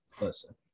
Listen